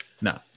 No